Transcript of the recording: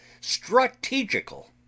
STRATEGICAL